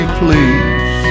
please